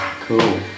Cool